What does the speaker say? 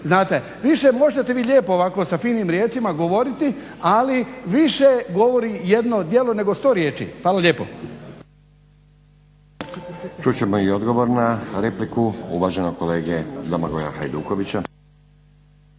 Znate, više možete vi lijepo ovako sa finim riječima govoriti, ali više govori jedno djelo nego sto riječi. Hvala lijepo. **Stazić, Nenad (SDP)** Čut ćemo i odgovor na repliku uvaženog kolege Domagoja Hajdukovića.